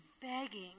begging